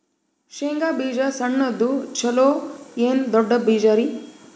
ಶೇಂಗಾ ಬೀಜ ಸಣ್ಣದು ಚಲೋ ಏನ್ ದೊಡ್ಡ ಬೀಜರಿ?